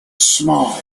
small